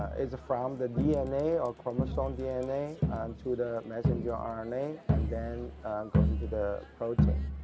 is from the dna or chromosome dna to the messenger um rna and then going to the protein.